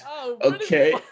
okay